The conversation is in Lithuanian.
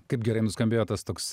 kaip gerai nuskambėjo tas toks